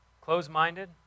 Closed-minded